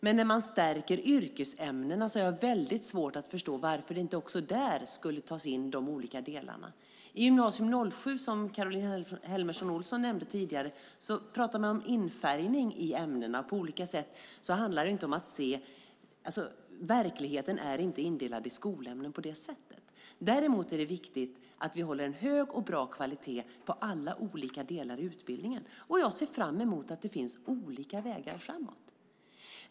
Men när man stärker yrkesämnena har jag väldigt svårt att förstå varför inte de olika delarna skulle tas in också där. I Gy 07, som Caroline Helmersson Olsson nämnde tidigare, pratar man om infärgning i ämnena på olika sätt. Verkligheten är inte indelad i skolämnen på det sättet. Däremot är det viktigt att vi håller en hög och bra kvalitet på alla olika delar i utbildningen. Jag ser fram emot att det ska finnas olika vägar framåt.